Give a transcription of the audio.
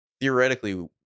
theoretically